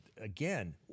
Again